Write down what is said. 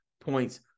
points